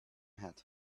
hat